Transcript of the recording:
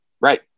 Right